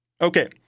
Okay